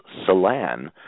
salan